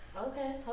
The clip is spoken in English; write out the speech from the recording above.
okay